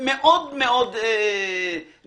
מאוד מאוד נעול.